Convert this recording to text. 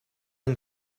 and